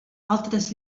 altres